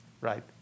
Right